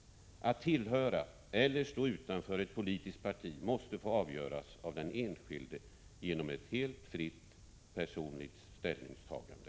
Att tillhöra eller stå utanför ett politiskt parti måste få avgöras av den enskilde genom ett helt fritt personligt ställningstagande.”